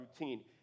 routine